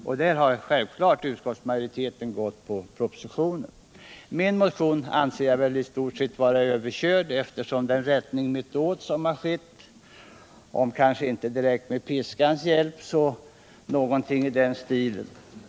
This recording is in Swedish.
I det avseendet har utskottsmajoriteten självfallet biträtt propositionens förslag. Min motion anser jag därför i stort sett vara överkörd genom den rättning mittåt som skett, om kanske inte direkt med piskans hjälp så i varje fall på något liknande sätt.